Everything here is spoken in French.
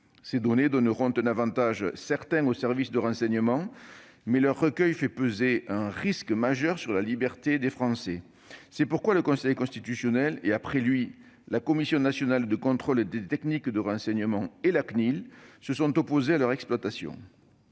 Ces données donneront un avantage certain aux services de renseignement, mais leur recueil fait peser un risque majeur sur la liberté des Français. C'est pourquoi le Conseil constitutionnel et, après lui, la Commission nationale de contrôle des techniques de renseignement et la CNIL se sont opposés à leur exploitation.